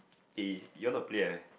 eh you want to play ah